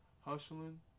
hustling